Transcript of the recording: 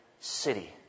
city